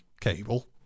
cable